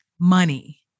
money